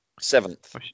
seventh